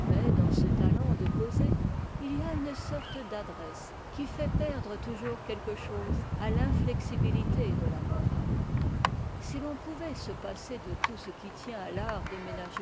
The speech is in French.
mais dans ce talent de causer il y a une sorte d'adresse qui fait perdre toujours quelque chose à l'inflexibilité de la morale si l'on pouvait se passer de tout ce qui tient à fart de ménager